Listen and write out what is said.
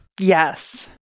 Yes